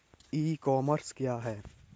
ई commerce क्या है?